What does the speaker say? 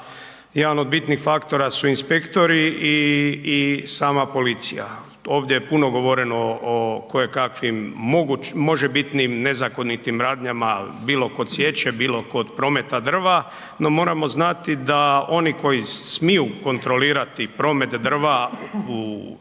jedan od bitnih faktora su inspektori i sama policija. Ovdje je puno govoreno o kojekakvim možebitnim nezakonitim radnjama bilo kod sječe, bilo kod prometa drva, no moramo znati da oni koji smiju kontrolirati promet drva na